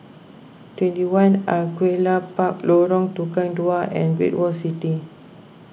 twenty one Angullia Park Lorong Tukang Dua and Great World City